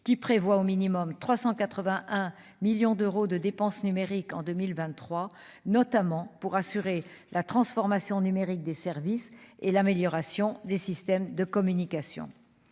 qui prévoit au minimum 381 millions d'euros de dépenses numériques en 2023, notamment pour assurer la transformation numérique des services et l'amélioration des systèmes de communication